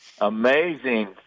amazing